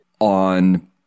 on